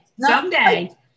someday